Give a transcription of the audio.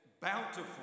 bountiful